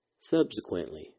Subsequently